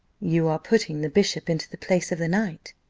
you are putting the bishop into the place of the knight,